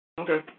Okay